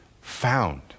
found